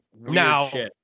Now